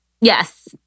Yes